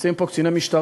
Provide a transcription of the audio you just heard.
נמצאים פה קציני משטרה,